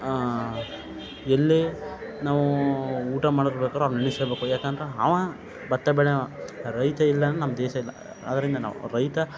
ಎಲ್ಲಿ ನಾವು ಊಟ ಮಾಡ್ಕಬೇಕಾರು ಅಲ್ಲಿ ನೆನಸ್ಕೋಬೇಕು ಯಾಕಂದ್ರೆ ಅವಾ ಭತ್ತ ಬೆಳೆಯವಾ ರೈತ ಇಲ್ಲ ಅಂದ್ರೆ ನಮ್ಮ ದೇಶ ಇಲ್ಲ ಅದರಿಂದ ನಾವು ರೈತ